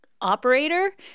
operator